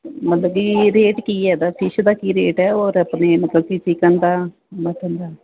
ਮਤਲਬ ਕਿ ਰੇਟ ਕੀ ਇਹਦਾ ਫਿਸ਼ ਦਾ ਕੀ ਰੇਟ ਹੈ ਔਰ ਆਪਣੇ ਮਤਲਬ ਕਿ ਚਿਕਨ ਦਾ ਮਟਨ ਦਾ